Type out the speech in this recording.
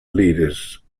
leaders